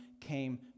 came